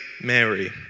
Mary